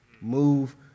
move